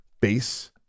Base